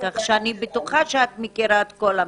כך שאני בטוחה שאת מכירה את כל המסגרות.